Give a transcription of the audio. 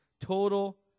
Total